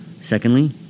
Secondly